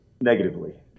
negatively